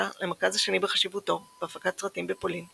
למרכז השני בחשיבותו בהפקת סרטים בפולין,